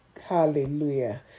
Hallelujah